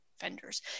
vendors